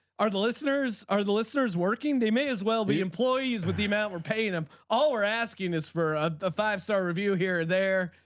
are the listeners are the listeners working. they may as well be employees with the amount we're paying them. all we're asking is for ah a five star review here there.